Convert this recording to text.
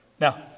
Now